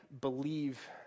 believe